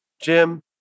Jim